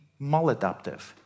maladaptive